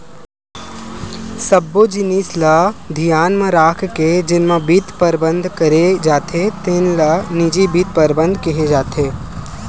सब्बो जिनिस ल धियान म राखके जेन म बित्त परबंध करे जाथे तेन ल निजी बित्त परबंध केहे जाथे